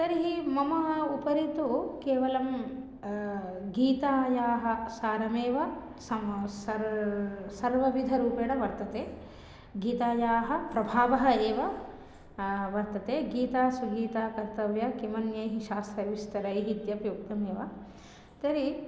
तर्हि मम उपरि तु केवलं गीतायाः सारमेव समो सर् सर्वविधरूपेण वर्तते गीतायाः प्रभावः एव वर्तते गीता सुगीता कर्तव्या किमन्यैः शास्त्रविस्तरैः इत्यपि उक्तमेव तर्हि